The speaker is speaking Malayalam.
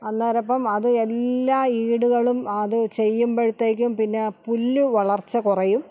അന്നേരം അപ്പം അത് എല്ലാ ഈടുകളും അത് ചെയ്യുമ്പഴത്തേക്കും പിന്നെ പുല്ലു വളർച്ച കുറയും